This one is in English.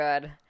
good